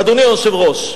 אדוני היושב-ראש.